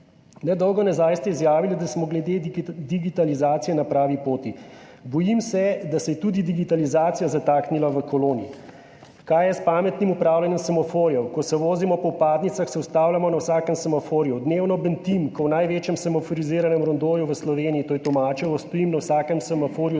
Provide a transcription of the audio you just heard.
Nedolgo nazaj ste izjavili, da smo glede digitalizacije na pravi poti. Bojim se, da se je tudi digitalizacija zataknila v koloni. Kaj je s pametnim upravljanjem semaforjev? Ko se vozimo po vpadnicah, se ustavljamo na vsakem semaforju. Dnevno bentim, ko v največjem semaforiziranem rondoju v Sloveniji, to je Tomačevo, stojim na vsakem semaforju